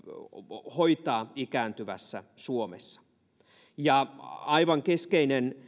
hoitaa ikääntyvässä suomessa aivan